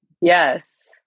Yes